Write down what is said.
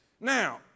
Now